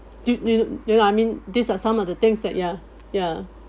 do do you know what I mean these are some of the things that ya ya